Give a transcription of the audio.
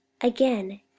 again